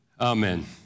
amen